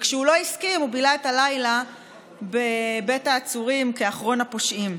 וכשהוא לא הסכים הוא בילה את הלילה בבית העצורים כאחרון הפושעים.